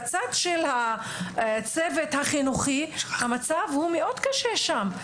בצד של הצוות החינוכי המצב הוא קשה שם מאוד.